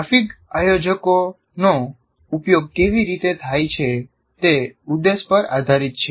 graphic આયોજકોનો ઉપયોગ કેવી રીતે થાય છે તે ઉદ્દેશ પર આધારિત છે